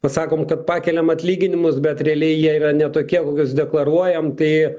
pasakom kad pakeliam atlyginimus bet realiai jie yra ne tokie kokius deklaruojam tai